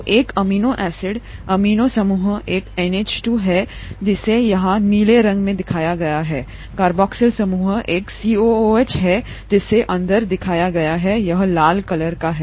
तो एक amino acid amino समूह एक NH2है जिसे यहाँ नीले रंग में दिखाया गया है कार्बोक्सिल समूह एक COOH है जिसे अंदर दिखाया गया है यहाँ लाल ठीक है